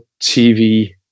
TV